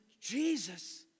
Jesus